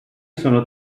sono